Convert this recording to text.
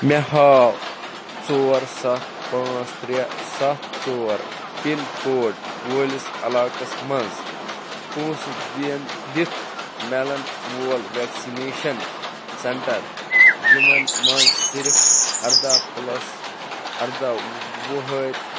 مےٚ ہاو ژور سَتھ پانٛژھ ترٛےٚ سَتھ ژور پِن کوڈ وٲلِس علاقَس منٛز پۄنٛسہٕ دِن دِتھ میلَن وول ویٚکسِنیشَن سیٚنٛٹَر یِمَن منٛز صِرِف اَرداہ پُلَس اَرداہ وُہرۍ